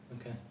Okay